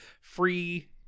free